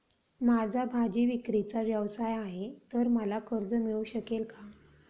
माझा भाजीविक्रीचा व्यवसाय आहे तर मला कर्ज मिळू शकेल का?